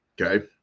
Okay